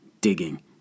digging